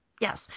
Yes